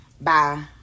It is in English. Bye